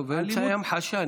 לא, אמצעי המחשה.